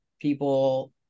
people